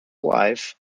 wife